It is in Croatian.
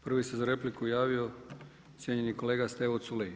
Prvi se za repliku javio cijenjeni kolega Stevo Culej.